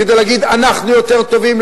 כדי להגיד: אנחנו יותר טובים,